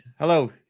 Hello